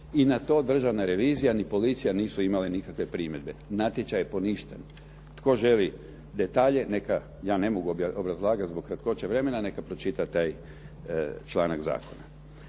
i na to Državna revizija ni policija nisu imali nikakve primjedbe. Natječaj je poništen, tko želi detalje, ja ne mogu obrazlagati zbog kratkoće vremena, neka pročita taj članak zakona.